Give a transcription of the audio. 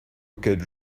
auquel